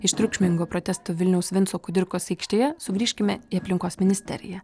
iš triukšmingo protesto vilniaus vinco kudirkos aikštėje sugrįžkime į aplinkos ministeriją